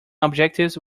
objectives